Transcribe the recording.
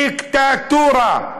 דיקטטורה.